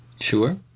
Sure